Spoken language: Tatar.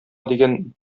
дигән